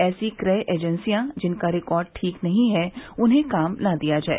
ऐसी क्रय एजेंसियां जिनका रिकॉर्ड ठीक नही है उन्हें काम न दिया जाय